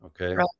Okay